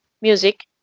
music